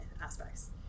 aspects